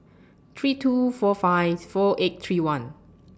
three two four five four eight three one